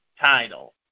title